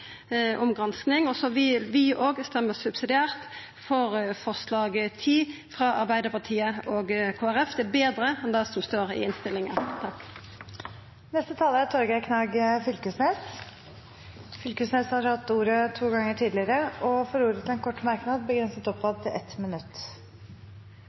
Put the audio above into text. om gransking, da vert trekt. Vi vil også stemma subsidiært for forslag nr. 10, frå Arbeidarpartiet, Kristeleg Folkeparti og Miljøpartiet Dei Grøne. Det er betre enn det som står i innstillinga. Representanten Torgeir Knag Fylkesnes har hatt ordet to ganger tidligere og får ordet til en kort merknad, begrenset